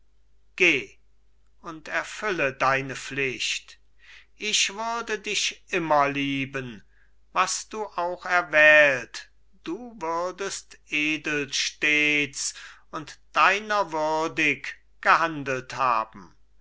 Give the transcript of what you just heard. und erfülle deine pflicht ich würde dich immer lieben was du auch erwählt du würdest edel stets und deiner würdig gehandelt haben